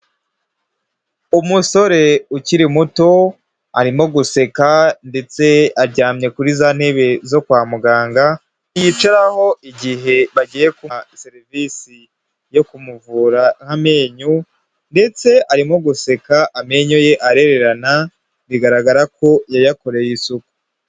Umusore ukiri muto, arimo guseka, ndetse aryamye kuri za ntebe zo kwa muganga, bicaraho igihe bagiye kwaka serivisi yo kumuvura amenyo, ndetse arimo guseka amenyo ye arererana, bigaragara ko yayakoreye isuku.